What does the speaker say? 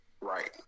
Right